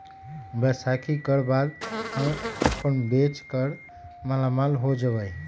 बैसाखी कर बाद हम अपन बेच कर मालामाल हो जयबई